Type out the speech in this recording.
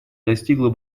достигла